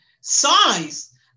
size